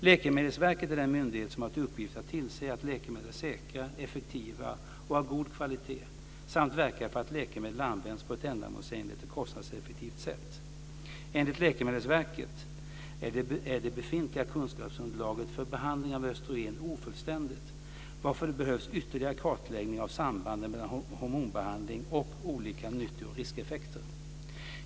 Läkemedelsverket är den myndighet som har till uppgift att tillse att läkemedel är säkra, effektiva och av god kvalitet samt verka för att läkemedel används på ett ändamålsenligt och kostnadseffektivt sätt. Enligt Läkemedelsverket är det befintliga kunskapsunderlaget för behandling av östrogen ofullständigt varför det behövs ytterligare kartläggning av sambanden mellan hormonbehandling och olika nytto och riskeffekter.